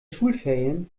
schulferien